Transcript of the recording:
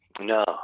No